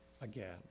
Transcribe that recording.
again